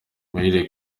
muhire